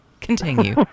Continue